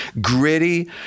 gritty